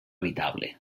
habitable